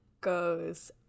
goes